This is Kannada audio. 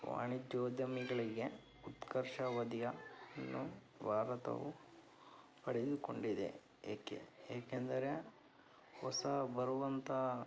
ವಾಣಿಜ್ಯೋದ್ಯಮಿಗಳಿಗೆ ಉತ್ಕರ್ಷ ಅವಧಿಯನ್ನು ಭಾರತವು ಪಡೆದುಕೊಂಡಿದೆ ಏಕೆ ಏಕೆಂದರೆ ಹೊಸ ಬರುವಂಥ